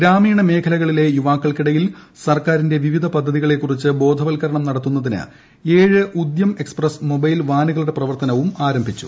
ഗ്രാമീണ മേഖലകളിലെ യുവാക്കൾക്കിടയിൽ സർക്കാരിന്റെ വിവിധ പദ്ധതികളെക്കുറിച്ച് ബോധവൽക്കരണം നടത്തുന്നതിന് ഏഴ് ഉദ്യം എക്സ്പ്രസ് മൊബൈൽ വാനുകളുടെ പ്രവർത്തനവും ഇതിനോടൊപ്പം ആരംഭിച്ചു